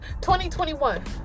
2021